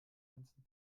ganzen